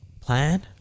plan